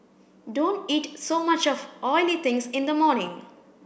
don't eat so much of oily things in the morning